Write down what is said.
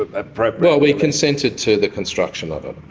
ah ryan well, we consented to the construction of it,